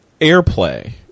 AirPlay